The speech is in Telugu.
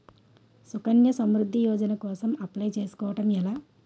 సుకన్య సమృద్ధి యోజన కోసం అప్లయ్ చేసుకోవడం ఎలా?